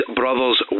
brother's